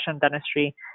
dentistry